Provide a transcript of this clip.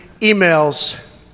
emails